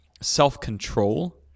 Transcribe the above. self-control